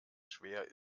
schwer